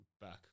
back